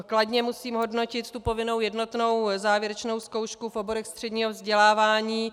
Kladně musím hodnotit povinnou jednotnou závěrečnou zkoušku v oborech středního vzdělávání.